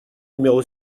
numéro